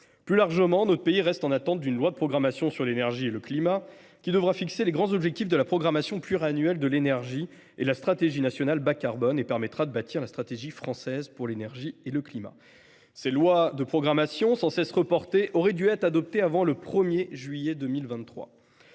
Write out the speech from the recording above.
Plus largement, notre pays reste en attente d’une loi de programmation sur l’énergie et le climat, qui devra fixer les grands objectifs de la programmation pluriannuelle de l’énergie et de la stratégie nationale bas carbone (SNBC) et permettra de bâtir la stratégie française pour l’énergie et le climat. Cette loi de programmation, sans cesse reportée, aurait dû être adoptée avant le 1 juillet 2023.